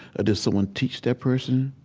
did someone teach that person